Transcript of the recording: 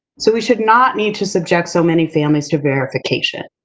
so, we should not need to subject so many families to verification,